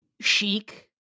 chic